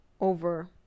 over